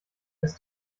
ist